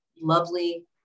lovely